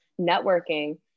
networking